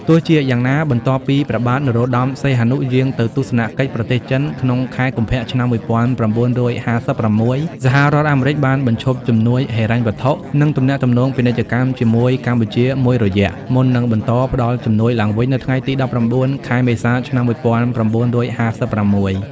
ទោះជាយ៉ាងណា បន្ទាប់ពីព្រះបាទនរោត្តម សីហនុយាងទៅទស្សនកិច្ចប្រទេសចិនក្នុងខែកុម្ភៈ ឆ្នាំ១៩៥៦ សហរដ្ឋអាមេរិកបានបញ្ឈប់ជំនួយហិរញ្ញវត្ថុ និងទំនាក់ទំនងពាណិជ្ជកម្មជាមួយកម្ពុជាមួយរយៈ មុននឹងបន្តផ្តល់ជំនួយឡើងវិញនៅថ្ងៃទី ១៩ ខែមេសា ឆ្នាំ១៩៥៦។